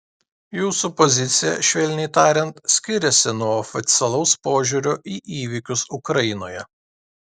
jūsų pozicija švelniai tariant skiriasi nuo oficialaus požiūrio į įvykius ukrainoje